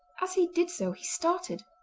as he did so he started,